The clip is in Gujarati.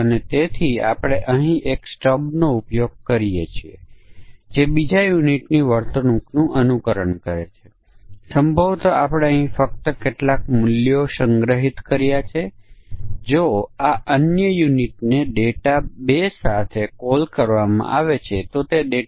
અને પ્રત્યેક માટે આ સમકક્ષ વર્ગો જે માન્ય અને અમાન્ય સમકક્ષ વર્ગને સેટ તરીકે ઓળખાયા છે તેમાથી આપણે એક મૂલ્ય પસંદ કરવાની જરૂર છે અને તે આપણી સમકક્ષ વર્ગનું પરીક્ષણ રચે છે